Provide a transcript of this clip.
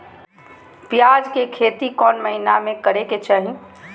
प्याज के खेती कौन महीना में करेके चाही?